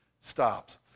stops